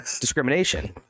discrimination